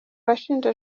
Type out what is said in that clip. bashinja